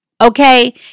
Okay